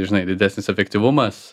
žinai didesnis efektyvumas